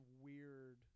weird